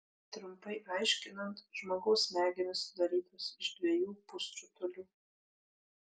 trumpai aiškinant žmogaus smegenys sudarytos iš dviejų pusrutulių